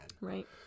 right